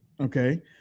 Okay